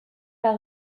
par